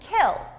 kill